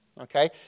Okay